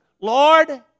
Lord